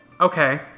Okay